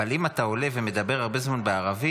אבל אם אתה עולה ומדבר הרבה זמן בערבית,